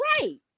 Right